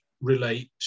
relate